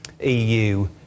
EU